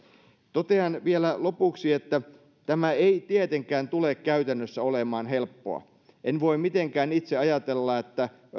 totean vielä lopuksi että tämä ei tietenkään tule käytännössä olemaan helppoa en voi mitenkään itse ajatella että